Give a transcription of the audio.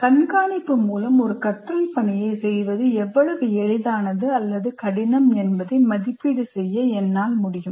கண்காணிப்பு மூலம் ஒரு கற்றல் பணியைச் செய்வது எவ்வளவு எளிதானது அல்லது கடினம் என்பதை மதிப்பீடு செய்ய என்னால் முடியும்